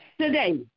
today